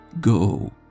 Go